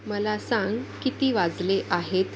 मला सांग किती वाजले आहेत